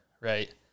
right